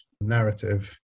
narrative